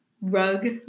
rug